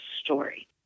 story